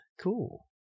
Cool